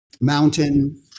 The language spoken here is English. Mountain